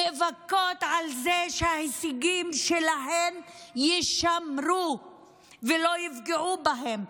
נאבקות על זה שההישגים שלהן יישמרו ולא יפגעו בהן,